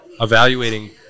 evaluating